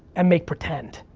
and make pretend,